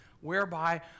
whereby